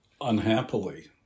Unhappily